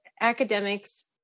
academics